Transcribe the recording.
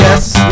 Yes